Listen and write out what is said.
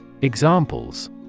Examples